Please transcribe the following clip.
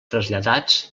traslladats